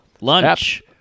lunch